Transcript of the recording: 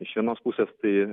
iš vienos pusės tai